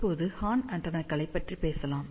இப்போது ஹார்ன் ஆண்டெனாக்களைப் பற்றி பேசலாம்